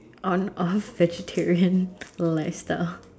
on off vegetarian lifestyle